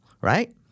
right